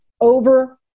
Over